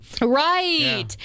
Right